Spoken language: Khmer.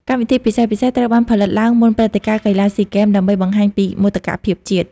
កម្មវិធីពិសេសៗត្រូវបានផលិតឡើងមុនព្រឹត្តិការណ៍ កីឡាស៊ីហ្គេម ដើម្បីបង្ហាញពីមោទកភាពជាតិ។